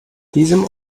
diesem